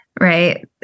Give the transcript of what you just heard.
right